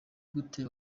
gute